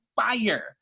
fire